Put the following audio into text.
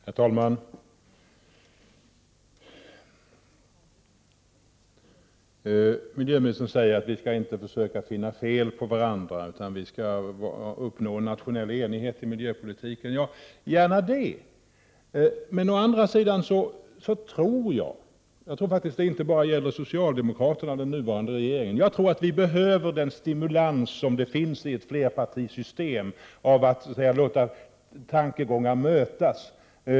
Herr talman! Miljöministern säger att vi inte skall försöka finna fel hos varandra, utan sträva efter att uppnå nationell enighet i miljöpolitiken. Ja, gärna det. Men å andra sidan tror jag — och det gäller inte bara socialdemokraterna och den nuvarande regeringen — att vi behöver den stimulans som finns i ett flerpartisystem på grund av att olika tankegångar där möts.